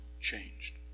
changed